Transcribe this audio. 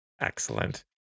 Excellent